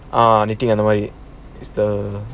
ah kniting and then why is the